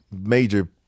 major